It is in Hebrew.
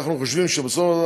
אנחנו חושבים שבסוף,